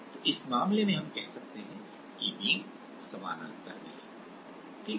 तो इस मामले में हम कह सकते हैं कि बीम समानांतर में हैं ठीक है